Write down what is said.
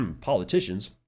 politicians